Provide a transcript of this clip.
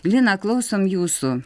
lina klausom jūsų